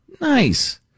Nice